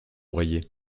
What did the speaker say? rayé